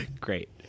Great